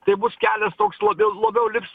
tai bus kelias toks labiau labiau liks